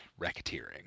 racketeering